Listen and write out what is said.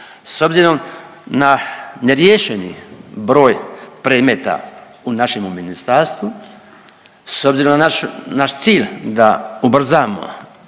S obzirom na neriješeni broj predmeta u našemu ministarstvu s obzirom na naš cilj da ubrzamo